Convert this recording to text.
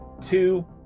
two